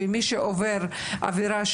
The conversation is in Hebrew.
ומי שעובר עבירה,